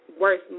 worth